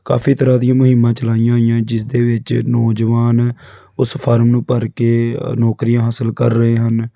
ਕਾਫੀ ਤਰ੍ਹਾਂ ਦੀਆਂ ਮੁਹਿੰਮਾਂ ਚਲਾਈਆਂ ਹੋਈਆਂ ਜਿਸ ਦੇ ਵਿੱਚ ਨੌਜਵਾਨ ਉਸ ਫਾਰਮ ਨੂੰ ਭਰ ਕੇ ਨੌਕਰੀਆਂ ਹਾਸਲ ਕਰ ਰਹੇ ਹਨ